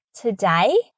today